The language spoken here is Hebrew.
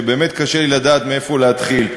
שבאמת קשה לי לדעת מאיפה להתחיל.